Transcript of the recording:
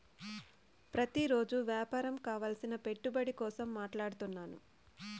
ప్రతిరోజు వ్యాపారం కావలసిన పెట్టుబడి కోసం మాట్లాడుతున్నాను